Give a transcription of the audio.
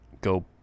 go